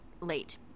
late